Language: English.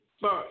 first